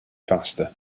faster